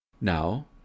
now